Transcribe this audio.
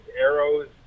arrows